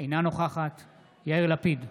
אינה נוכחת יאיר לפיד,